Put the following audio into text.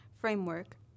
framework